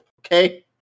Okay